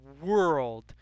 world